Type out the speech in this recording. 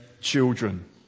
children